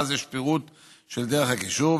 ואז יש פירוט של דרך הקישור,